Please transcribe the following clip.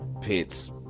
pits